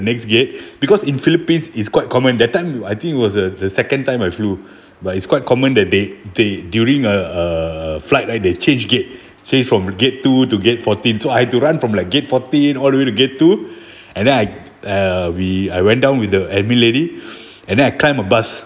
next gate because in philippines is quite common that time I think it was the the second time I flew but it's quite common that they they during uh a flight right they change gate change from gate two to gate fourteen so I had to run from like gate fourteen all the way to gate two and then I uh we I went down with the admin lady and then I climb a bus